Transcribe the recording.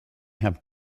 have